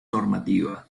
normativa